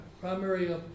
primary